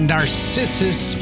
Narcissus